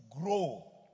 grow